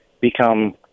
become